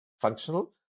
functional